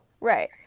right